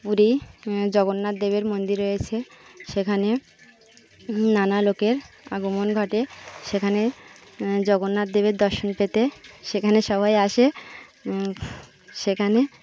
পুরী জগন্নাথ দেবের মন্দির রয়েছে সেখানে নানা লোকের আগমন ঘাটে সেখানে জগন্নাথ দেবের দর্শন পেতে সেখানে সবাই আসে সেখানে